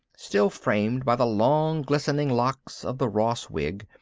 still framed by the long glistening locks of the ross wig,